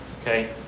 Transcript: Okay